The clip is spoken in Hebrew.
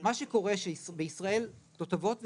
מה שקורה הוא שבישראל תותבות וסדים,